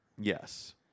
Yes